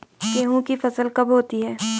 गेहूँ की फसल कब होती है?